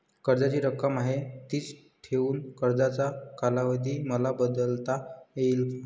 कर्जाची रक्कम आहे तिच ठेवून कर्जाचा कालावधी मला बदलता येईल का?